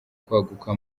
kwaguka